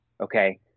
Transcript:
Okay